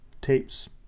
tapes